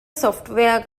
ސޮފްޓްވެއަރ